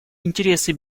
интересы